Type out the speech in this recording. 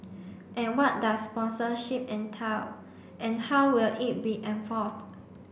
and what does sponsorship entail and how will it be enforced